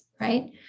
right